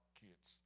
kids